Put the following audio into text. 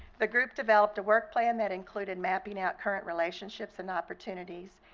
the group developed a work plan that included mapping out current relationships and opportunities,